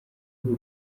b’u